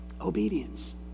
Obedience